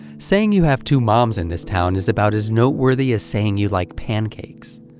saying you have two moms in this town is about as noteworthy as saying you like pancakes.